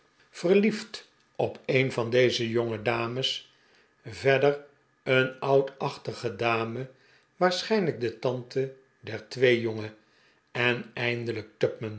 verliefd op een van deze jongedames verder een oudachtige dame waarschijnlijk de tante der twee jonge en eindelijk